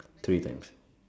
three times